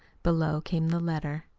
below came the letter.